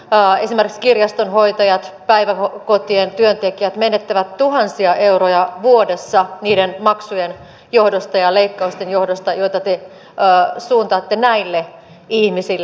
esimerkiksi kirjastonhoitajat ja päiväkotien työntekijät menettävät tuhansia euroja vuodessa niiden maksujen ja leikkausten johdosta joita te suuntaatte näille ihmisille